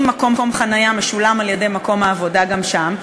עם מקום חניה שמשולם על-ידי מקום העבודה גם שם,